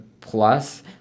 plus